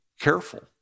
careful